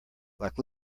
like